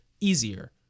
easier